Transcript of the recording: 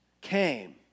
came